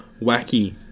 wacky